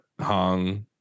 hung